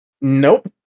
Nope